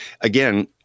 again